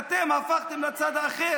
בואו נסכים שההצעה צודקת,